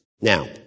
Now